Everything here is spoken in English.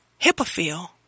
Hippophil